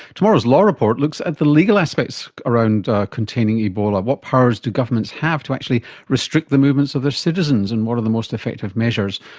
tomorrow's law report looks at the legal aspects around containing ebola what powers do governments have to actually restrict the movements of their citizens, and what are the most effective measures,